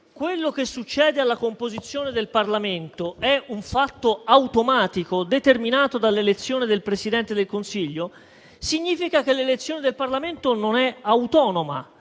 quello che succede alla composizione del Parlamento è un fatto automatico determinato dall'elezione del Presidente del Consiglio, significa che l'elezione del Parlamento non è autonoma,